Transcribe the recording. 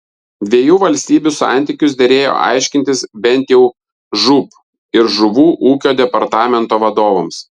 dviejų valstybių santykius derėjo aiškintis bent jau žūb ir žuvų ūkio departamento vadovams